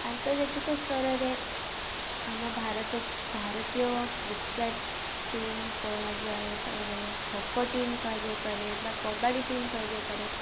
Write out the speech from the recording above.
ଆନ୍ତର୍ଜାତିକ ସ୍ତରରେ ଆମ ଭାରତ ଭାରତୀୟ କ୍ରିକେଟ ଟିମ୍ କୁହାଯାଇ ପାରେ ଖୋ ଖୋ ଟିମ୍ କୁହାଯାଇ ପରେ ବା କବାଡ଼ି ଟିମ୍ କୁହାଯାଇ ପାରେ